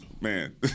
man